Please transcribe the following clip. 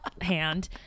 hand